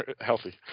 healthy